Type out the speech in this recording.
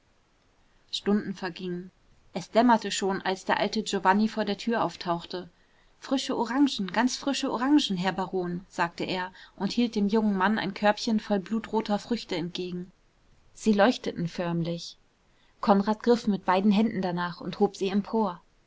stunden vergingen es dämmerte schon als der alte giovanni vor der tür auftauchte frische orangen ganz frische orangen herr baron sagte er und hielt dem jungen mann ein körbchen voll blutroter früchte entgegen sie leuchteten förmlich konrad griff mit beiden händen danach und hob sie empor